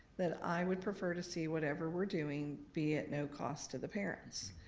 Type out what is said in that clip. that i would prefer to see whatever we're doing be at no cost to the parents